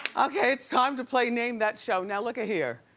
okay, it's time to play name that show. now looka here,